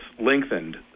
lengthened